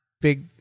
big